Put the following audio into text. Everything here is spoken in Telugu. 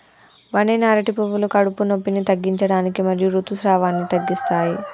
వండిన అరటి పువ్వులు కడుపు నొప్పిని తగ్గించడానికి మరియు ఋతుసావాన్ని తగ్గిస్తాయి